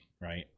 Right